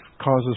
causes